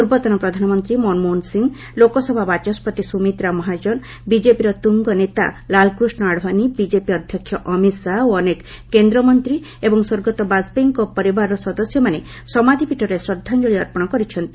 ପୂର୍ବତନ ପ୍ରଧାନମନ୍ତ୍ରୀ ମନମୋହନ ସିଂହ ଲୋକସଭା ବାଚସ୍କତି ସୁମିତ୍ରା ମହାଜନ ବିଜେପିର ତୁଙ୍ଗ ନେତା ଲାଲକୃଷ୍ଣ ଆଡଭାନୀ ବିଜେପି ଅଧ୍ୟକ୍ଷ ଅମିତ ଶାହା ଓ ଅନେକ କେନ୍ଦ୍ରମନ୍ତ୍ରୀ ଏବଂ ସ୍ୱର୍ଗତ ବାଜପେୟୀଙ୍କ ପରିବାର ସଦସ୍ୟମାନେ ସମାଧୂପୀଠରେ ଶୃଦ୍ଧାଞ୍ଚଳି ଅର୍ପଣ କରିଛନ୍ତି